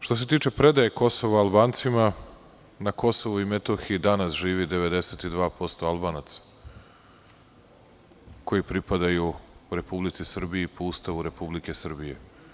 Što se tiče predaje Kosova Albancima, na Kosovu i Metohiji danas živi 92% Albanaca koji pripadaju Republici Srbiji, po Ustavu Republike Srbije.